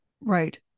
Right